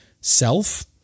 self